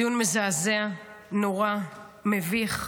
דיון מזעזע, נורא, מביך,